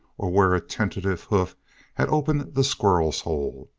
or where a tentative hoof had opened the squirrel's hole.